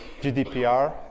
GDPR